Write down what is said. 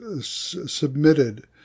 submitted